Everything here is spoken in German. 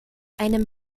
einem